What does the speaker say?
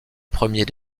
premier